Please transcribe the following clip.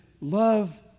love